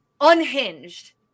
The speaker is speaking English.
unhinged